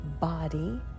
body